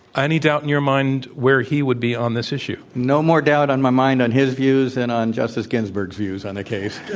any doubt in your mind where he would be on this issue? no more doubt on my mind on his views than and on justice ginsburg's views on the case.